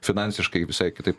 finansiškai visai kitaip